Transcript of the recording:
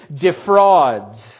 defrauds